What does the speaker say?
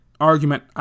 argument